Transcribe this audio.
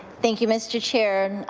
thank you, mr. chair.